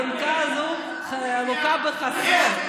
האלונקה הזאת לוקה בחסר.